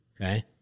Okay